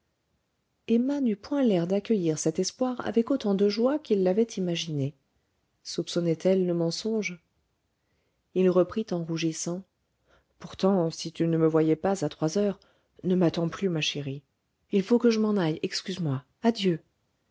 n'eut point l'air d'accueillir cet espoir avec autant de joie qu'il l'avait imaginé soupçonnait elle le mensonge il reprit en rougissant pourtant si tu ne me voyais pas à trois heures ne m'attends plus ma chérie il faut que je m'en aille excuse-moi adieu